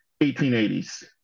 1880s